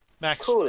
Max